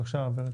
ורד, בבקשה.